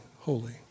Holy